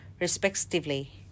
respectively